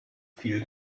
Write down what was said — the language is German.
viel